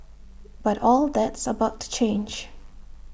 but all that's about to change